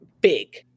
big